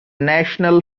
national